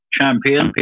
champion